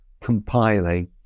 compiling